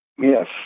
Yes